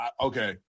Okay